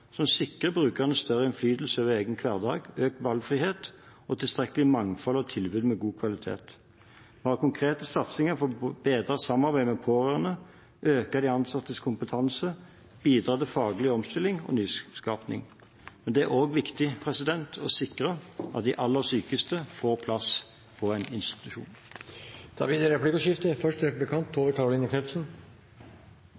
som sikrer brukerne større innflytelse over egen hverdag, økt valgfrihet og tilstrekkelig mangfold av tilbud med god kvalitet. Vi har konkrete satsinger for å bedre samarbeidet med pårørende, øke de ansattes kompetanse og bidra til faglig omstilling og nyskaping. Det er også viktig å sikre at de aller sykeste får plass på en institusjon. Det blir replikkordskifte.